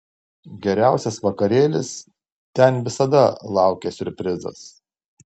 geriausias vakarėlis ten visada laukia siurprizas